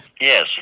yes